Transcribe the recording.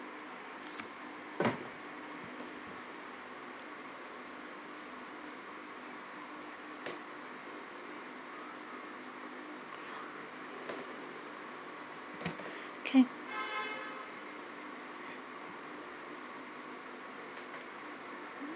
can